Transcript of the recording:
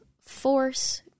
force